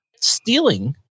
stealing